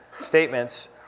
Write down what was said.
statements